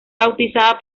bautizada